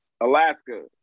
Alaska